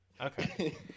Okay